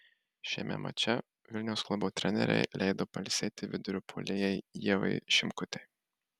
šiame mače vilniaus klubo trenerei leido pailsėti vidurio puolėjai ievai šimkutei